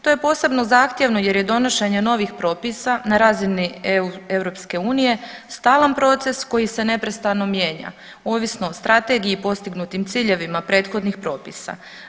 To je posebno zahtjevno jer je donošenje novih propisa na razini EU stalan proces koji se neprestano mijenja ovisno o strategiji i postignutim ciljevima prethodnih propisa.